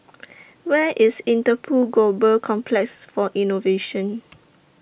Where IS Interpol Global Complex For Innovation